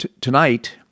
tonight